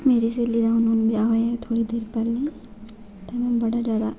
मेरी स्हेली दा हून हून ब्याह् होया थोह्ड़ी देर पैह्लें ते में बड़ा जादा